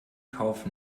kauf